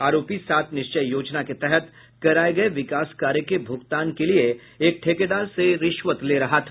आरोपी सात निश्चय योजना के तहत कराये गये विकास कार्य के भूगतान के लिये एक ठेकेदार से रिश्वत ले रहा था